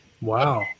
Wow